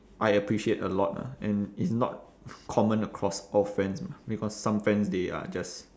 I appreciate a lot ah and it's not common across all friends mah because some friends they are just